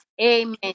Amen